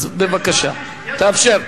אז בבקשה תאפשר.